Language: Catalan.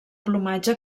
plomatge